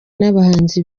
n’abahanzi